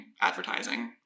advertising